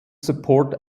support